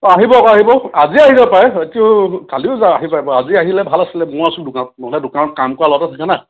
অঁ আহিব আকৌ আহিব আজিয়েই আহি যাব পাৰে হয়টো কালিও আহিব পাৰিব বা আজি আহিলে ভাল আছিলে মই আছো দোকানত ন'হলে দোকানত কাম কৰা ল'ৰাটো থাকে না